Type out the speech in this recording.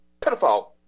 pedophile